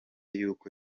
y’uko